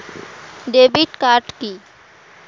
Debit card key?